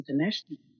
international